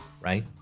right